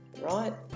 Right